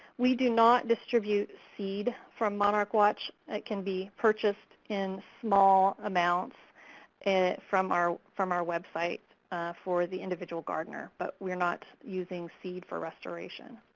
we do not distribute seed from monarch watch. it can be purchased small amounts and from our from our web site, for the individual gardener, but we're not using seed for restoration.